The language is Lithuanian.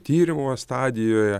tyrimo stadijoje